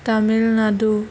Tamil Nadu